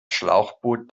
schlauchboot